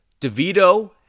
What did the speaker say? DeVito